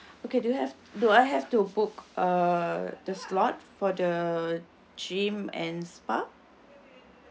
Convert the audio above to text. okay do you have do I have to book uh the slot for the gym and spa